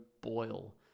boil